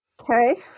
okay